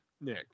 Nick